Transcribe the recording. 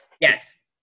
Yes